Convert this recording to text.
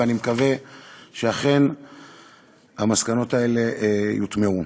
ואני מקווה שאכן המסקנות האלה יוטמעו.